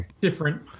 different